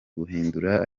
guhindura